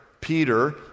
Peter